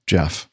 Jeff